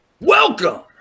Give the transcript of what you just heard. Welcome